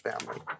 family